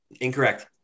Incorrect